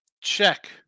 Check